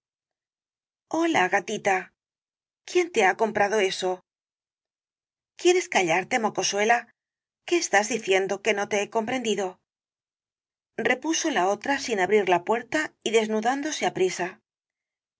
hola gatita quién te ha comprado éso quieres callarte mocosuela qué estás diciendo que no te he comprendido repuso la otra sin abrir la puerta y desnudándose aprisa